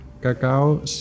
cacao